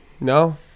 No